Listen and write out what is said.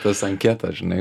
tas anketas žinai